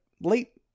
late